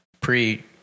pre